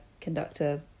conductor